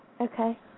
Okay